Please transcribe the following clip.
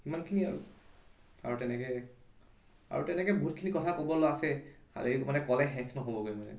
ইমানখিনিয়ে আৰু তেনেকৈ আৰু তেনেকৈ বহুতখিনি কথা ক'বলৈ আছে খালী মানে ক'লে শেষ নহ'বগৈ মানে